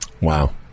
wow